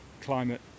climate